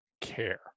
care